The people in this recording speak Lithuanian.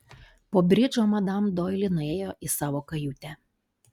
po bridžo madam doili nuėjo į savo kajutę